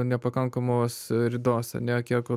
nepakankamos ridos ar ne kiek